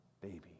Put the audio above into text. baby